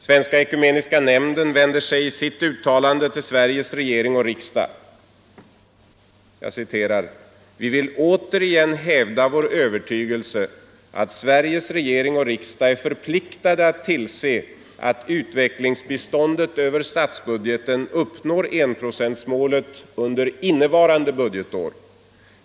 Svenska ekumeniska nämnden vänder sig i ett uttalande till Sveriges regering och riksdag: ”Vi vill återigen hävda vår övertygelse att Sveriges regering och riksdag är förpliktade att tillse att utvecklingsbiståndet över statsbudgeten uppnår enprocentsmålet under innevarande budgetår.